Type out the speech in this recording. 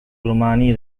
romani